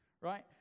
right